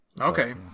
Okay